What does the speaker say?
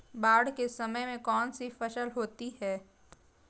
बाढ़ के समय में कौन सी फसल होती है?